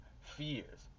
fears